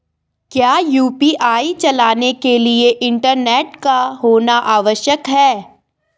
क्या यु.पी.आई चलाने के लिए इंटरनेट का होना आवश्यक है?